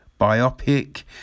biopic